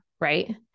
Right